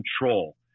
control